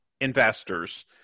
investors